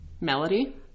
melody